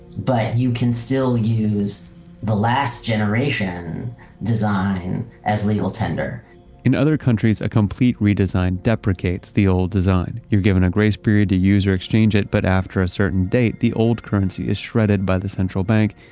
but you can still use the last generation design as legal tender in other countries a complete redesign deprocates the old design. you're given a grace period to use or exchange it, but after a certain date, the old currency is shredded by the central bank,